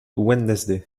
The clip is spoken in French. wednesday